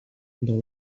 dans